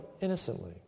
innocently